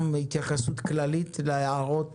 גם התייחסות כללית להערות